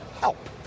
help